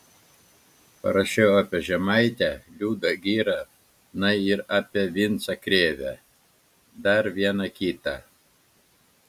parašiau apie žemaitę liudą girą na ir apie vincą krėvę dar vieną kitą